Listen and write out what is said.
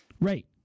Right